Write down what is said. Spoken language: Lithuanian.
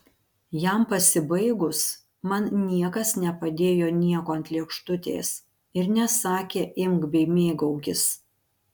jam pasibaigus man niekas nepadėjo nieko ant lėkštutės ir nesakė imk bei mėgaukis